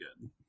good